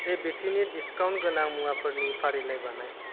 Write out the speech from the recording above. एबिटिनि discount गोनां मुवाफोरनि फारिलाइ बानाय